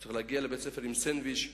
הוא צריך להגיע לבית-הספר עם סנדוויץ',